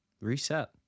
Reset